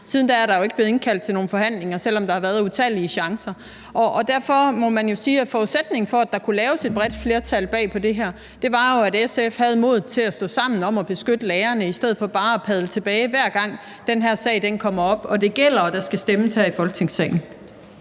Siden da er der jo ikke blev indkaldt til nogen forhandlinger, selv om der har været utallige chancer. Derfor må man jo sige, at forudsætningen for, at der kunne laves et bredt flertal bag det her, jo var, at SF havde modet til at stå sammen om at beskytte lærerne i stedet for bare at padle tilbage, hver gang den her sag kommer op og det gælder og der skal stemmes her i Folketingssalen.